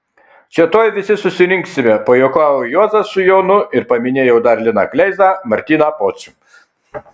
čia tuoj visi susirinksime pajuokavo juozas su jonu ir paminėjo dar liną kleizą martyną pocių